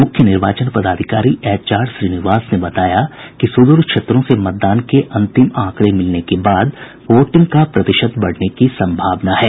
मुख्य निर्वाचन पदाधिकारी एचआर श्रीनिवास ने बताया कि सुदूर क्षेत्रों से मतदान के अंतिम आंकड़े मिलने के बाद वोटिंग का प्रतिशत बढ़ने की सम्भावना है